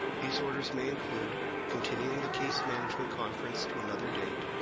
these orders may include continuing the case management conference to another date,